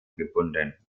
gebunden